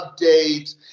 updates